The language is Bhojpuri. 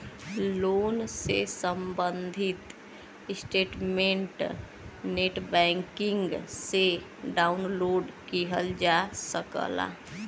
लोन से सम्बंधित स्टेटमेंट नेटबैंकिंग से डाउनलोड किहल जा सकला